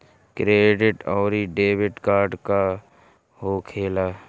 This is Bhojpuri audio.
क्रेडिट आउरी डेबिट कार्ड का होखेला?